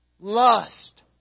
Lust